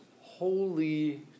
holy